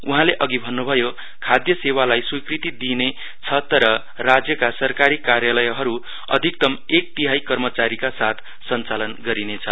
उहाँले अघि भन्नुभयो खाद्य सेवालाई स्वीकृति दिइनेछ तर राज्यका सरकारी कार्यालय अधिक्तम एक तिहाइ कर्मचारीका साथ सञ्चालन गरिनेछ